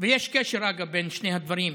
יש קשר, אגב, בין שני הדברים.